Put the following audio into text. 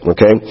Okay